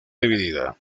dividida